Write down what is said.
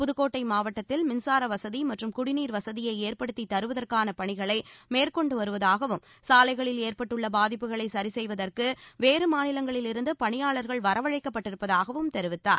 புதுக்கோட்டை மாவட்டத்தில் மின்சார வசதி மற்றும் குடிநீர் வசதியை ஏற்படுத்தித் தருவதற்கானப் பணிகளை மேற்கொண்டு வருவதாகவும் சாலைகளில் ஏற்பட்டுள்ள பாதிப்புகளை சரி செய்வதற்கு வேறு மாநிலங்களிலிருந்து பணியாளர்கள் வரவழைக்கப்பட்டிருப்பதாகவும் தெரிவித்தார்